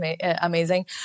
amazing